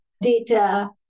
data